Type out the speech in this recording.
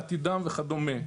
לעתידם וכדומה.